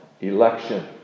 election